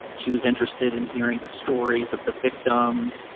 she was interested in hearing the stories of the victims.